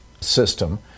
system